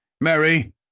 Mary